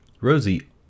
Rosie